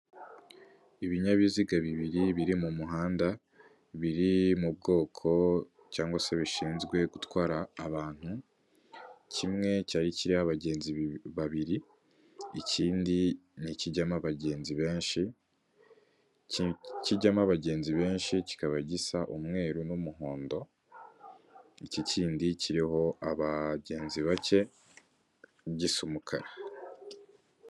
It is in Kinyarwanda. Ibinyabiziga bibiri biri mu muhanda, biri mu bwoko cyangwa se bishinzwe gutwara abantu ,kimwe cyari kiriho abagenzi babiri, ikindi nikijyamo, kijyamo abagenzi benshi kikaba gisa umweru n'umuhondo iki kindi kiriho abagenzi bacye gisa umukara.